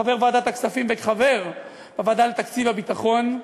חבר ועדת הכספים וחבר בוועדה לתקציב הביטחון,